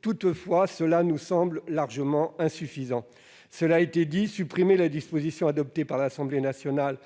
Toutefois, cela nous semble largement insuffisant. Supprimer la disposition adoptée par l'Assemblée nationale,